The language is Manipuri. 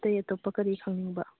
ꯑꯇꯩ ꯑꯇꯣꯞꯄ ꯀꯔꯤ ꯈꯪꯅꯤꯡꯕ